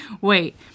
Wait